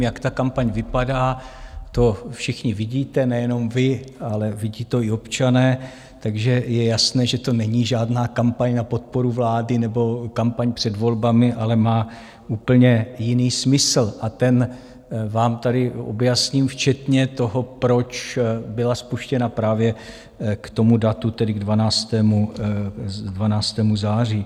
Jak ta kampaň vypadá, to všichni vidíte, nejenom vy, ale vidí to i občané, takže je jasné, že to není žádná kampaň na podporu vlády nebo kampaň před volbami, ale má úplně jiný smysl a ten vám tady objasním, včetně toho, proč byla spuštěna právě k tomu datu, tedy k 12. září.